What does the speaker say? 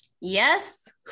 Yes